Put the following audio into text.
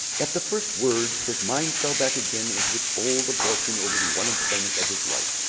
at the first words, his mind fell back again into its old absorption over the one employment of his life.